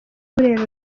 burera